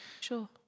sure